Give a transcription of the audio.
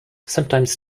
sometimes